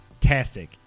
Fantastic